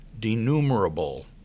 denumerable